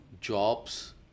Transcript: jobs